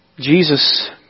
Jesus